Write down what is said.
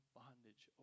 bondage